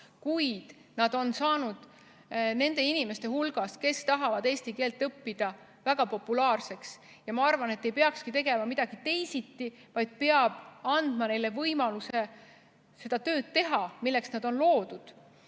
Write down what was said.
kuid nad on saanud nende inimeste hulgas, kes tahavad eesti keelt õppida, väga populaarseks. Ma arvan, et ei peakski tegema midagi teisiti, vaid peaks andma neile võimaluse teha seda tööd, milleks nad on loodud. Jah,